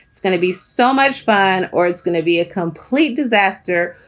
it's going to be so much fun or it's going to be a complete disaster.